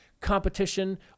competition